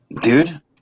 dude